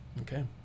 okay